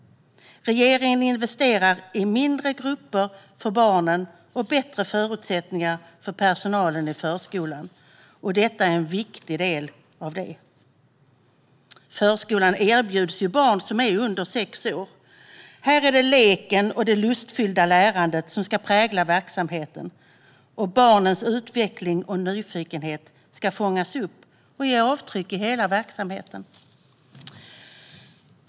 Regeringen investerar i mindre grupper för barnen och bättre förutsättningar för personalen i förskolan, och detta är en viktig del av det. Förskolan erbjuds barn som är under sex år. Här är det leken och det lustfyllda lärandet som ska prägla verksamheten, och barnens utveckling och nyfikenhet ska fångas upp och ge avtryck i hela verksamheten.